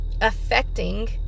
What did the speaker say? affecting